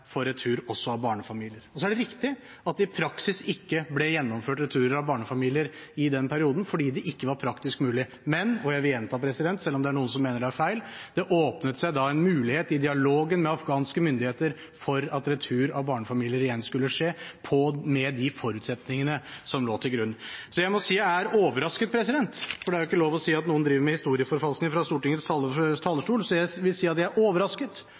for retur også av barnefamilier. Så er det riktig at det i praksis ikke ble gjennomført returer av barnefamilier i den perioden, fordi det ikke var praktisk mulig. Men – og det jeg vil gjenta, selv om noen mener det er feil – det åpnet seg da en mulighet i dialogen med afghanske myndigheter for at retur av barnefamilier igjen skulle skje, med de forutsetningene som lå til grunn. Så jeg må si jeg er overrasket. Det er jo ikke lov å si at noen driver med historieforfalskning fra Stortingets talerstol, så jeg vil si at jeg er